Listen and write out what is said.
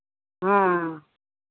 हँ